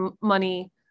money